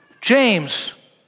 James